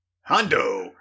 Hondo